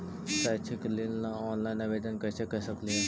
शैक्षिक ऋण ला ऑनलाइन आवेदन कैसे कर सकली हे?